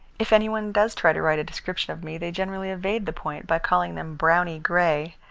if any one does try to write a description of me, they generally evade the point by calling them browny-grey.